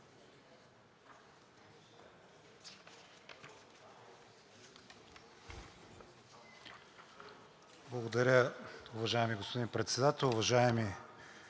Благодаря, уважаеми господин Председател. Уважаеми